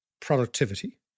productivity